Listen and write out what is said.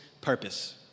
Purpose